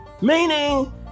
meaning